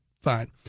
fine